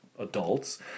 adults